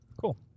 Cool